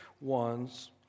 ones